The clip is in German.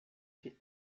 viel